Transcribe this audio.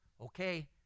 Okay